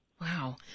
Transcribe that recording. Wow